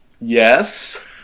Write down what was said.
Yes